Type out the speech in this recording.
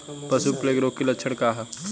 पशु प्लेग रोग के लक्षण का ह?